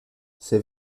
ses